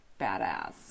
badass